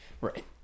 right